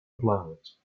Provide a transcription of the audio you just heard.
planet